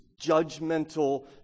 judgmental